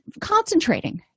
concentrating